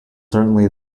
certainly